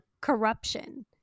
corruption